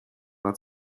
war